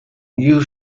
you